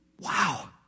Wow